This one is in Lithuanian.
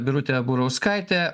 birutė burauskaitė